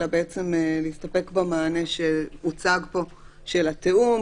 אלא להסתפק במענה שהוצג פה של התיאום,